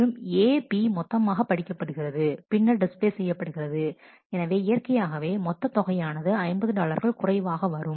மற்றும் A B மொத்தமாக படிக்கப்படுகிறது பின்னர் டிஸ்ப்ளே செய்யப்படுகிறது எனவே இயற்கையாகவே மொத்தத் தொகையானது 50 டாலர்கள் குறைவாக வரும்